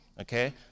Okay